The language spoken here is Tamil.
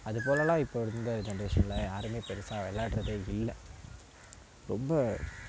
அதுபோலலாம் இப்போ இந்த ஜென்ரேசனில் யாருமே பெருசாக விளாட்றதே இல்லை ரொம்ப